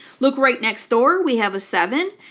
look right next door. we have a seven,